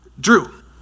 Drew